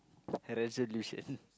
resolution